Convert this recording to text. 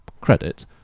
credit